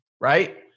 right